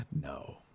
No